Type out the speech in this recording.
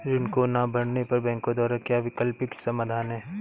ऋण को ना भरने पर बैंकों द्वारा क्या वैकल्पिक समाधान हैं?